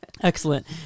excellent